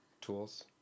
Tools